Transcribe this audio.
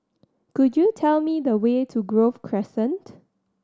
could you tell me the way to Grove Crescent